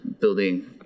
building